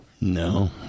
No